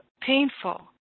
painful